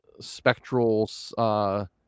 spectral